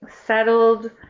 settled